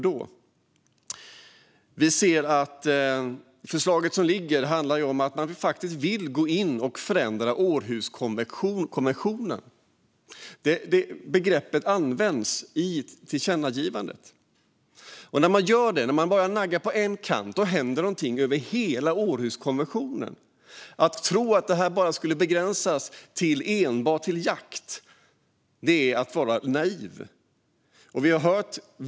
Enligt tillkännagivandet vill man förändra Århuskonventionen. Men om man naggar på ena kanten händer något med hela konventionen. Att tro att detta skulle kunna begränsas till enbart jakt är naivt.